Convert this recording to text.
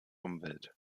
umwelt